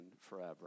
forever